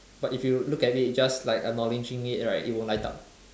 but if you look at it just like acknowledging it right it won't light up